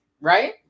Right